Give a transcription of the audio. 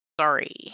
Sorry